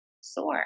sore